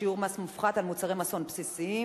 שיעור מס מופחת על מוצרי מזון בסיסיים),